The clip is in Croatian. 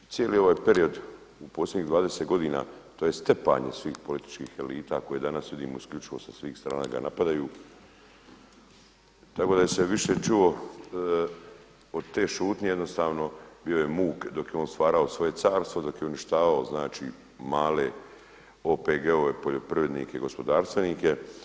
Cijeli ovaj period u posljednjih 20 godina tj. stepanje svih političkih elita koje danas vidimo isključivo sa svih strana ga napadaju, tako da je se više čuo od te šutnje jednostavno bio je muk dok je on stvarao svoje carstvo, dok je uništavao male OPG-ove, poljoprivrednike, gospodarstvenike.